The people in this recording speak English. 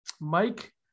Mike